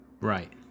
Right